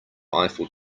eiffel